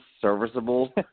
serviceable